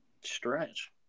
Stretch